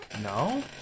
No